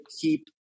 keep